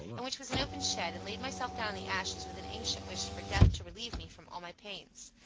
and which was an open shed, and laid myself down in the ashes with an anxious wish for death to relieve me from all my pains.